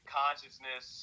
consciousness